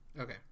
Okay